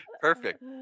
Perfect